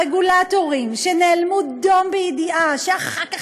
הרגולטורים שנאלמו דום בידיעה שאחר כך